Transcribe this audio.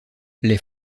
les